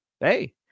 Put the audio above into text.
hey